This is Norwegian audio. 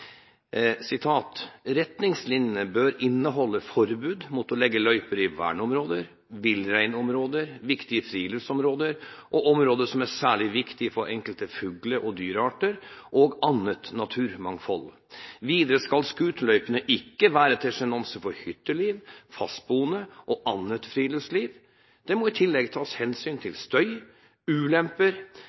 på retningslinjene som de legger opp til, kan man begynne å lure på hvor mye som er igjen av det lokale selvstyret: «Retningslinjene bør inneholde forbud mot å legge løyper i verneområder, villreinområder, viktige friluftsområder og områder som er særlig viktige for enkelte fugle- og dyrearter og annet naturmangfold. Videre skal scooterløypene ikke være til sjenanse for hytteliv, fastboende og